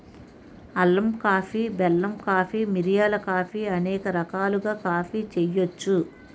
అల్లం కాఫీ బెల్లం కాఫీ మిరియాల కాఫీ అనేక రకాలుగా కాఫీ చేయొచ్చు